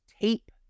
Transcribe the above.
tape